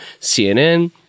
CNN